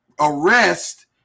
arrest